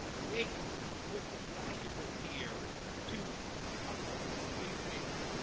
naep would be valuable here to help us in three ways.